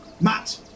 Matt